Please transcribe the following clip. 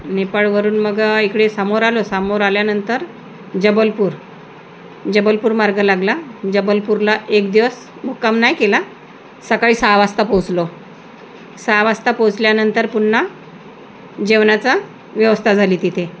नेपाळवरून मग इकडे समोर आलो समोर आल्यानंतर जबलपूर जबलपूर मार्ग लागला जबलपूरला एक दिवस मुक्काम नाही केला सकाळी सहा वाजता पोहोचलो सहा वाजता पोहोचल्यानंतर पुन्हा जेवणाचा व्यवस्था झाली तिथे